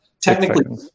technically